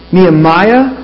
Nehemiah